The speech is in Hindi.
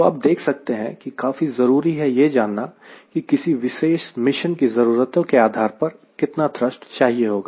तो आप देख सकते हैं कि काफी जरूरी है यह जानना की किसी विशेष मिशन की ज़रूरतों के आधार पर कितना थ्रस्ट चाहिए होगा